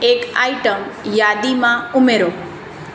એક આઇટમ યાદીમાં ઉમેરો